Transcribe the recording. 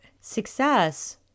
success